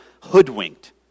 hoodwinked